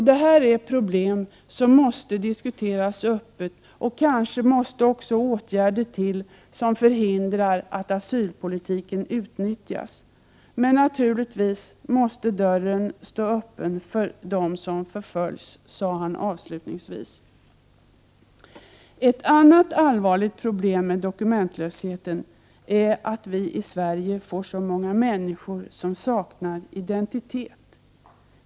Detta är problem som måste diskuteras öppet, och kanske måste också åtgärder vidtas som hindrar att asylpolitiken utnyttjas. 51 Men naturligtvis måste dörren stå öppen för den som förföljs, sade han avslutningsvis.